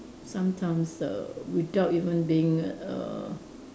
sometimes err without even being err